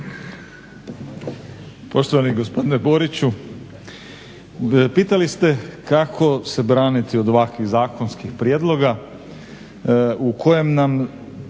Poštovani gospodine Boriću. Pitali ste kako se braniti od ovakvih zakonskih prijedloga u kojem su